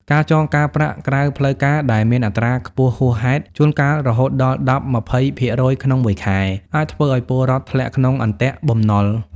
ការចងការប្រាក់ក្រៅផ្លូវការដែលមានអត្រាខ្ពស់ហួសហេតុ (ជួនកាលរហូតដល់ ១០-២០% ក្នុងមួយខែ) អាចធ្វើឱ្យពលរដ្ឋធ្លាក់ក្នុង "អន្ទាក់បំណុល"។